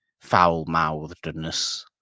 foul-mouthedness